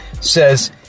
says